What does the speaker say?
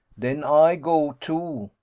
den ay go, too.